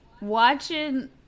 Watching